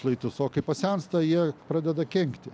šlaitus o kai pasensta jie pradeda kenkti